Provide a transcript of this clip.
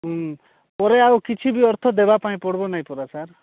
ହଁ ପରେ ଆଉ କିଛି ବି ଅର୍ଥ ଦେବା ପାଇଁ ପଡ଼ିବ ନାଇଁ ପରା ସାର୍